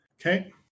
Okay